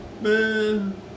Man